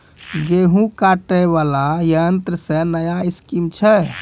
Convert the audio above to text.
गेहूँ काटे बुलाई यंत्र से नया स्कीम छ?